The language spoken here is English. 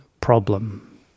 problem